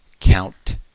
count